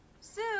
sue